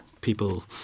people